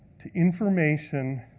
to information,